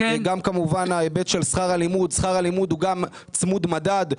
שכר הלימוד הוא צמוד מדד.